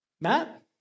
Matt